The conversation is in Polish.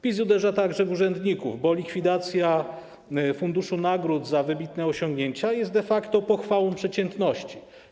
PiS uderza także w urzędników, bo likwidacja funduszu nagród za wybitne osiągnięcia jest de facto pochwałą przeciętności.